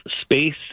Space